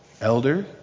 elder